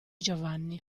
giovanni